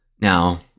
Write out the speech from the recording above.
Now